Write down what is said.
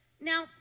now